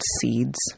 seeds